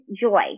joy